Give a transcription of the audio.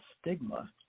stigma